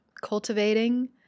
cultivating